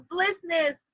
Blissness